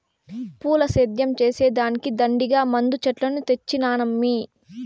పూల సేద్యం చేసే దానికి దండిగా మందు చెట్లను తెచ్చినానమ్మీ